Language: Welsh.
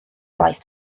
gwaith